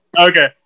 okay